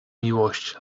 miłość